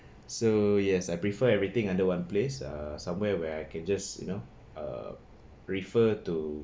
so yes I prefer everything under one place uh somewhere where I can just you know uh refer to